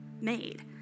made